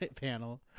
panel